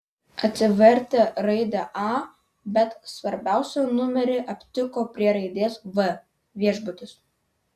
atsivertė raidę a bet svarbiausią numerį aptiko prie raidės v viešbutis